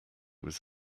was